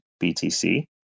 BTC